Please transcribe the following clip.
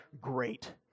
great